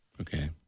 Okay